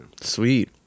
Sweet